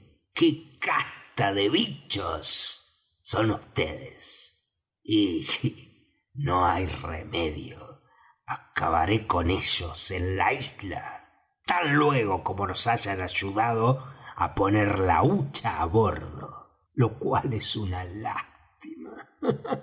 qué casta de bichos son vds y no hay remedio acabaré con ellos en la isla tan luego como nos hayan ayudado á poner la hucha á bordo lo cual es una lástima